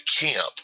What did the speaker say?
camp